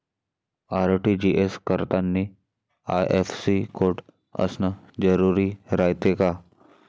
RTGS करतांनी IFSC code असन जरुरी रायते का?